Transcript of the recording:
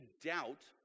doubt